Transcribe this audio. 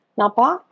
Napa